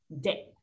day